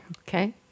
Okay